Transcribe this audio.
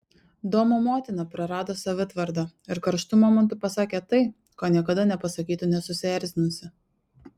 domo motina prarado savitvardą ir karštu momentu pasakė tai ko niekada nepasakytų nesusierzinusi